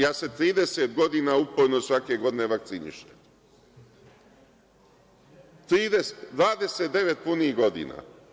Ja se 30 godina uporno svake godine vakcinišem, 29 punih godina.